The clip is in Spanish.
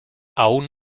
aún